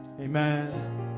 Amen